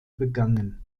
begangen